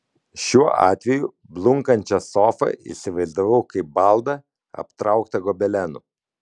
šiuo atveju blunkančią sofą įsivaizdavau kaip baldą aptrauktą gobelenu